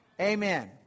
Amen